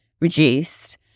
reduced